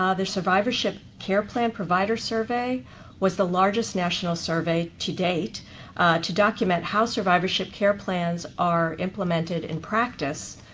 ah the survivorship care plan provider survey was the largest national survey to date to document how survivorship care plans are implemented in practice.